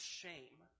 shame